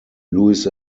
lewis